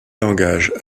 engage